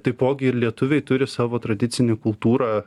taipogi ir lietuviai turi savo tradicinę kultūrą